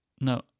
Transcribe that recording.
No